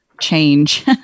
change